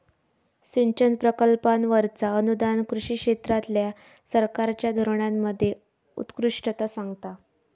सिंचन प्रकल्पांवरचा अनुदान कृषी क्षेत्रातल्या सरकारच्या धोरणांमध्ये उत्कृष्टता सांगता